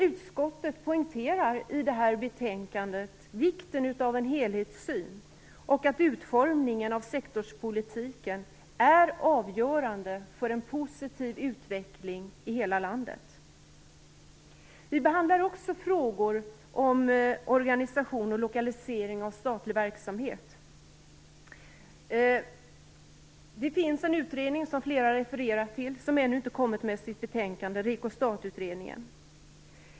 Utskottet poängterar i betänkandet vikten av en helhetssyn och att utformningen av sektorspolitiken är avgörande för en positiv utveckling i hela landet. Vi behandlar också frågor om organisation och lokalisering av statlig verksamhet. Det finns en utredning, som flera har refererat till, som ännu inte har kommit med något betänkande, och det är REKO STAT-utredningen.